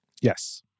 Yes